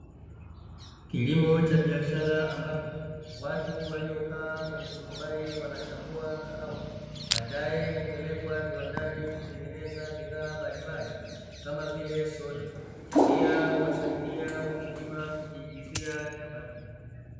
Kilimo cha biashara ambapo watu waliokaa kwenye turubai wanachambua kahawa, baadae hupelekwa kiwandani kutengeneza bidhaa mbalimbali kama vile soda, pia huwasaidia wakulima kujiingizia kipato.